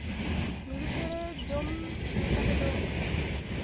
ᱢᱤᱨᱩ ᱪᱮᱬᱮ ᱡᱚᱢ ᱞᱮᱠᱟ ᱛᱮᱫᱚ